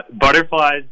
butterflies